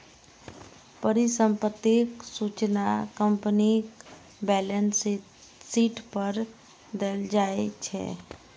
परिसंपत्तिक सूचना कंपनीक बैलेंस शीट पर देल जाइ छै